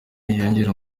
yiyongera